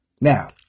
Now